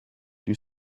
you